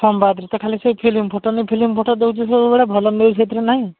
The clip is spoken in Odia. ସମ୍ବାଦରେ ତ ଖାଲି ସେ ଫିଲ୍ମ୍ ଫଟୋ ଖାଲି ଫିଲ୍ମ ଫଟୋ ଦେଉଛି ସେଇ ଗୁଡ଼ାକ ଭଲ ନ୍ୟୁଜ୍ ସେଥିରେ ନାହିଁ